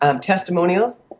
testimonials